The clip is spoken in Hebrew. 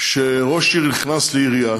שראש עיר נכנס לעירייה